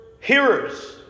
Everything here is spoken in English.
hearers